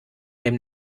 dem